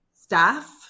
staff